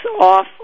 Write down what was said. off